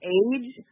age